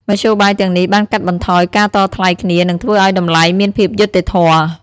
មធ្យោបាយទាំងនេះបានកាត់បន្ថយការតថ្លៃគ្នានិងធ្វើឱ្យតម្លៃមានភាពយុត្តិធម៌។